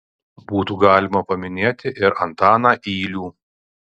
būtų galima paminėti ir antaną ylių